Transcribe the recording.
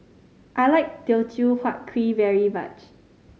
I like Teochew Huat Kuih very much